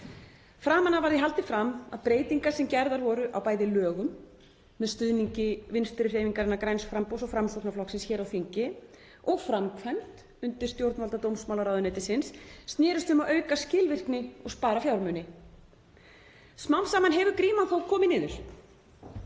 Framan af var því haldið fram að breytingar sem gerðar voru á bæði lögum, með stuðningi Vinstrihreyfingarinnar – græns framboðs og Framsóknarflokksins hér á þingi, og framkvæmd undirstjórnvalda dómsmálaráðuneytisins snerist um að auka skilvirkni og spara fjármuni. Smám saman hefur gríman þó farið niður